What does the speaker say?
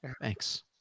Thanks